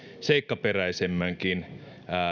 seikkaperäisemmänkin